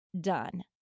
done